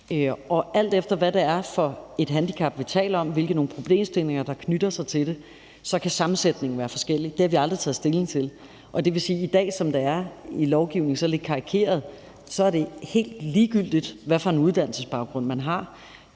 Alt efter hvad det er for et handicap, vi taler om, hvilke nogle problemstillinger, der knytter sig til det, kan sammensætningen være forskellig. Det har vi aldrig taget stilling til, og det vil sige, at som det er i dag i lovgivningen, lidt karikeret, er det helt ligegyldigt, hvad for en uddannelsesbaggrund man har.